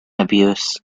abuse